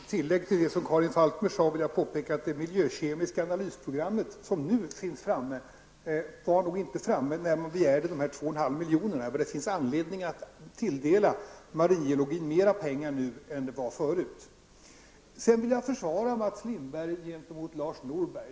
Herr talman! Som tillägg till det Karin Falkmer sade vill jag påpeka att det miljökemiska analysprogrammet, som nu finns framtaget, inte var färdigt då man begärde 2,5 miljoner. Det finns större anledning att tilldela maringeologin mer pengar nu än det var förut. Sedan vill jag försvara Mats Lindberg något gentemot Lars Norberg.